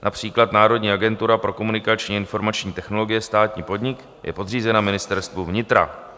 Například Národní agentura pro komunikační a informační technologie, státní podnik, je podřízena Ministerstvu vnitra.